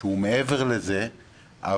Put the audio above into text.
שהוא מעבר לכך,